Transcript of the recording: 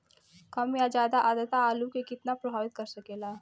कम या ज्यादा आद्रता आलू के कितना प्रभावित कर सकेला?